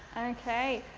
okay,